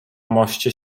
moście